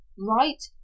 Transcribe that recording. right